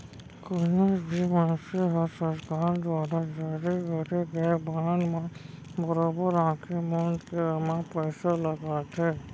कोनो भी मनसे ह सरकार दुवारा जारी करे गए बांड म बरोबर आंखी मूंद के ओमा पइसा लगाथे